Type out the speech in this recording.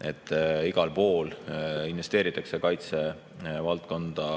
et igal pool investeeritakse kaitsevaldkonda